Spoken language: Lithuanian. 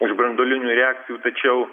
iš branduolinių reakcijų tačiau